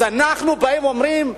אז אנחנו באים ואומרים,